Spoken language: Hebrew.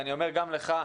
ואני אומר גם לך.